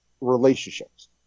relationships